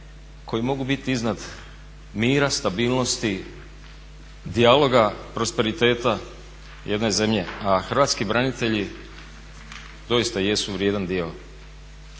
koji mogu biti iznad mira, stabilnosti, dijaloga, prosperiteta jedne zemlje, a hrvatski branitelji doista jesu vrijedan dio